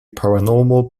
paranormal